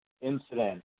incident